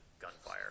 gunfire